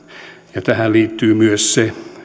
ja tähän liittyy myös se että tarkoitus on suomen ja viron välillä